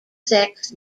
sex